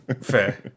Fair